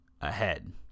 ahead